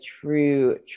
true